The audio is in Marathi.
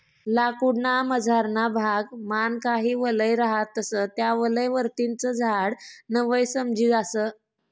लाकूड ना मझारना भाग मान काही वलय रहातस त्या वलय वरतीन च झाड न वय समजी जास